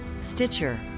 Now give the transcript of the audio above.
Stitcher